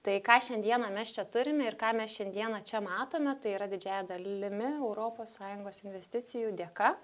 tai ką šiandieną mes čia turime ir ką mes šiandieną čia matome tai yra didžiąja dalimi europos sąjungos investicijų dėka